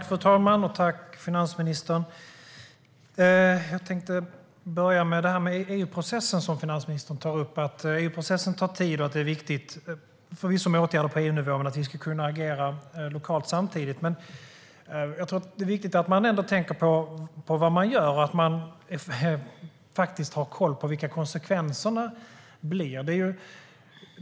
Fru talman! Tack, finansministern! Finansministern tar upp att EU-processen tar tid och att det förvisso är viktigt med åtgärder på EU-nivå men att vi samtidigt ska kunna agera lokalt. Jag tror att det är viktigt att man tänker på vad man gör och att man har koll på vilka konsekvenser det blir.